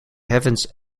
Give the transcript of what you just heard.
heavens